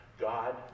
God